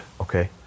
Okay